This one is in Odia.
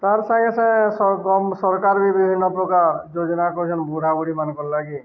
ତାର୍ ସାଙ୍ଗେ ସେେ ସରକାର ବି ବିଭିନ୍ନ ପ୍ରକାର ଯୋଜନାକର୍ ଯେନ୍ ବୁଢ଼ା ବୁଢୀମାନଙ୍କର ଲାଗି